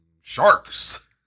sharks